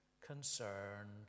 concerned